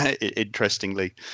interestingly